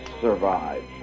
survive